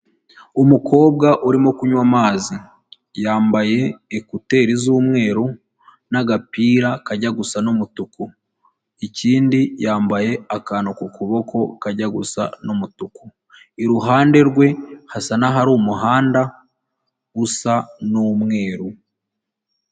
Umukobwa urimo kunywa amazi. Yambaye ekuteri z'umweru, n'agapira kajya gusa n'umutuku. Ikindi yambaye akantu ku kuboko kajya gusa n'umutuku. Iruhande rwe, hasa n'ahari umuhanda, usa n'umweru.